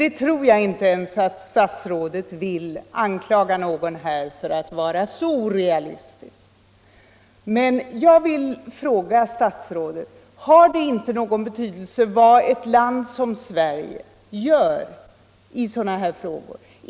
Jag tror inte ens att statsrådet vill anklaga någon här för att vara så orealistisk. Men jag vill fråga statsrådet: Har det inte i FN, i olika internationella sammanhang någon betydelse för andra länder vad ett land som Sverige gör i sådana här frågor?